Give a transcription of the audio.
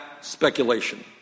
speculation